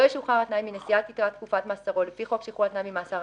ישוחרר על תנאי מנשיאת יתרת תקופת מאסרו לפי חוק שחרור על תנאי ממאסר,